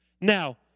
Now